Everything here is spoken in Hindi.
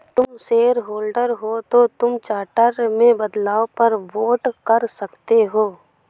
तुम शेयरहोल्डर हो तो तुम चार्टर में बदलाव पर वोट कर सकते हो